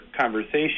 conversation